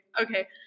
Okay